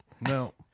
No